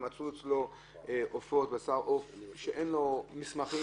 מצאו אצלו בשר עוף שאין לגביו מסמכים,